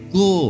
go